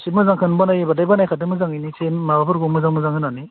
एसे मोजांखौनो बानायोबाथाय बानायखादो मोजाङैनो एसे माबाफोरखौ मोजां मोजां होनानै